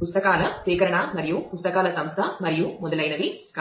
పుస్తకాల సేకరణ మరియు పుస్తకాల సంస్థ మరియు మొదలైనవి కాదు